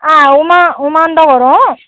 ஆ உமா உமான்தான் வரும்